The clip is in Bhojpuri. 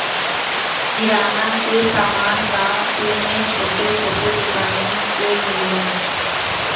किराना क समान गांव में छोट छोट दुकानी पे मिलेला